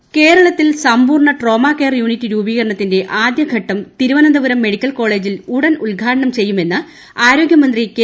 നിയമസഭ ശൈലജ കേരളത്തിൽ സമ്പൂർണ ട്രോമാ കെയർ യൂണിറ്റ് രൂപീകരണത്തിന്റെ ആദ്യഘട്ടം തിരുവനന്തപുരം മെഡിക്കൽ കോളേജിൽ ഉടൻ ഉദ്ഘാടനം ചെയ്യുമെന്ന് ആരോഗ്യമന്ത്രി കെ